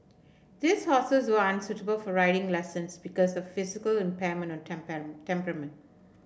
these horses were unsuitable for riding lessons because of physical impairment or temperament